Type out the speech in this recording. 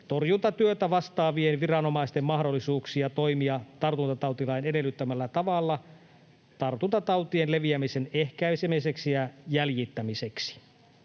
torjuntatyöstä vastaavien viranomaisten mahdollisuuksia toimia tartuntatautilain edellyttämällä tavalla tartuntatautien leviämisen ehkäisemiseksi ja jäljittämiseksi.